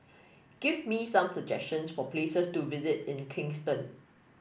give me some suggestions for places to visit in Kingston